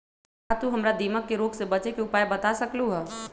का तू हमरा दीमक के रोग से बचे के उपाय बता सकलु ह?